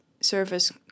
service